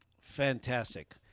Fantastic